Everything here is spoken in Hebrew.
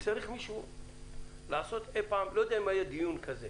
צריך מישהו לעשות אי-פעם אני לא יודע אם היה דיון כזה